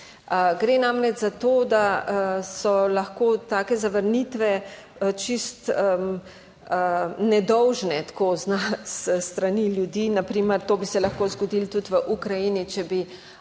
Gre namreč za to, da so lahko take zavrnitve čisto nedolžne, tako s strani ljudi na primer. To bi se lahko zgodilo tudi v Ukrajini, če bi končno